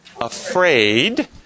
afraid